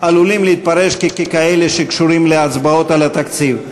שעלולים להתפרש ככאלה שקשורים להצבעות על התקציב.